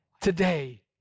today